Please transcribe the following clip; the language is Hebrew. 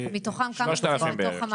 שמתוכם כמה נמצאים בתוך המערכת?